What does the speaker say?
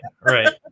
right